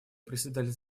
председатель